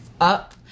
up